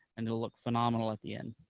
and it'll look phenomenal at the end.